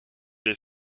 les